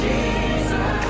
Jesus